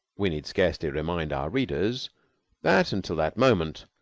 we need scarcely remind our readers that, until that moment,